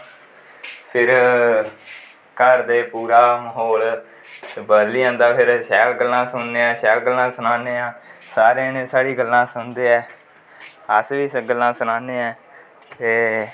फिर घर दा पूरा म्हौल बदली जंदा फिर शैल गल्लां सुनने अस शैल गल्लां सनाने हा शारे जने साढ़ी गल्लां सुनदे ऐ अस बी गल्लां सनाने ऐ ते